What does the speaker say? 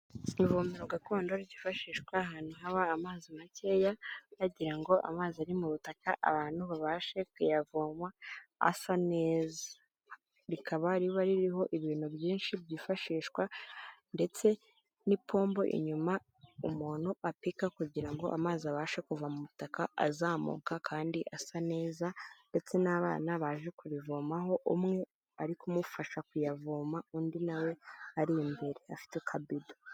Ivomero gakondo ryifashishwa ahantu haba amazi makeya bagira ngo amazi ari mu butaka abantu babashe kuyavoma asa neza, rikaba riba ririho ibintu byinshi byifashishwa ndetse n'ipombo inyuma umuntu apika kugira ngo amazi abashe kuva mu butaka azamuka kandi asa neza ndetse n'abana baje kurivomaho, umwe ari kumufasha kuyavoma undi nawe ari imbere afite akabido.